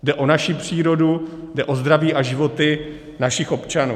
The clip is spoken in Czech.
Jde o naši přírodu, jde o zdraví a životy našich občanů.